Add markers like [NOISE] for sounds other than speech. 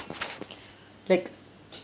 [NOISE] like